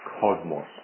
cosmos